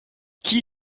qui